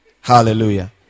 Hallelujah